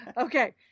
Okay